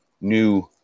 new